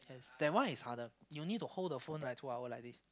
yes that one is harder you need to hold the phone like two hours like this